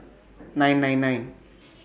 nine nine nine